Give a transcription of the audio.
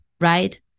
right